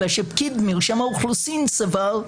אלא שפקיד מרשם האוכלוסין סבר,